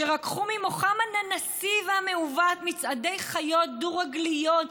"שרקחו ממוחם הננסי והמעוות מצעדי חיות דו-רגליות,